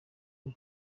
iri